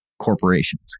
corporations